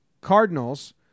Cardinals